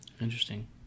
Interesting